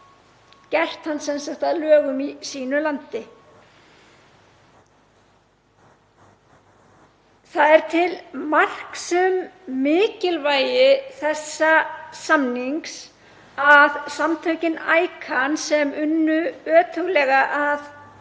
gert hann að lögum í sínu landi. Það er til marks um mikilvægi þessa samnings að samtökin ICAN, sem unnu ötullega að